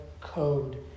code